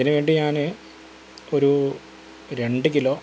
ഇതിനുവേണ്ടി ഞാൻ ഒരു രണ്ട് കിലോ